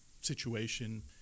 situation